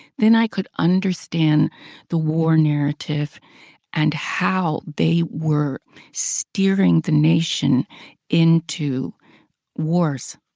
then i could understand the war narrative and how they were steering the nation into wars,